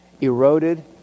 eroded